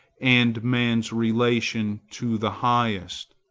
and man's relation to the highest.